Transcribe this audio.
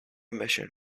admission